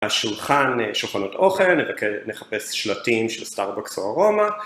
השולחן, שולחנות אוכל, נחפש שלטים של סטארבקס או ארומה